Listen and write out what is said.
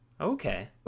Okay